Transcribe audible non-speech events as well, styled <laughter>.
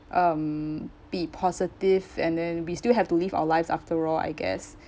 um be positive and then we still have to live our lives after all I guess <breath>